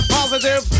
positive